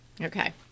Okay